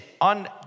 on